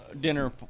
dinner